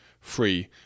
free